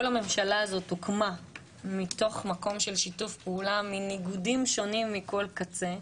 כל הממשלה הזאת הוקמה מתוך מקום של שיתוף פעולה מניגודים שונים מכל קצה.